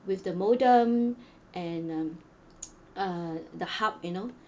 with the modem and um uh the hub you know